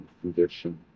condition